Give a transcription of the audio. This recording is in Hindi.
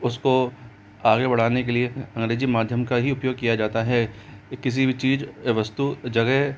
उसको आगे बढ़ाने के लिए अंग्रेजी माध्यम का ही उपयोग किया जाता है किसी भी चीज़ या वस्तु जगह